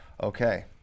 okay